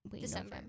December